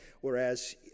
whereas